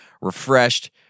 refreshed